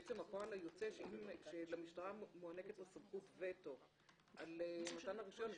בעצם הפועל היוצא הוא שלמשטרה מוענקת כאן סמכות וטו על מתן הרישיון.